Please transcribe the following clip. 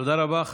תודה רבה.